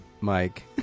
Mike